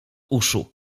uszu